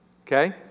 Okay